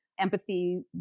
Empathy